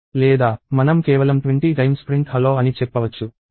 లేదా మనం కేవలం 20 టైమ్స్ ప్రింట్ హలో అని చెప్పవచ్చు